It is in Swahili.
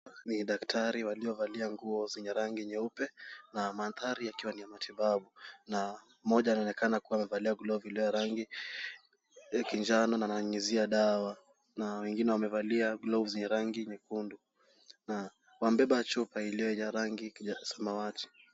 Ni daktari waliovalia nguo zenye rangi nyeupe na mandhari yakiwa ni ya matibabu na mmoja anaonekana kuwa amevalia glovu iliyo ya rangi ya kinjano na ananyunyizia dawa na wengine wamevalia gloves zenye rangi nyekundu na wamebeba chupa iliyo ya rangi ya samawati.